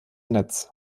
netz